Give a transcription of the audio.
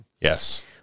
Yes